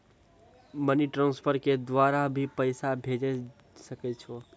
Money transfer के द्वारा भी पैसा भेजै सकै छौ?